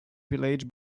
villages